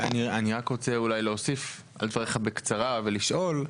אני רק רוצה להוסיף על דבריך בקצרה ולשאול.